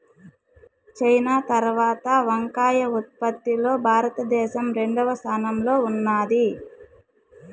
China తరవాత వంకాయ ఉత్పత్తి లో భారత దేశం రెండవ స్థానం లో ఉన్నాది